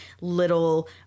little